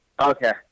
Okay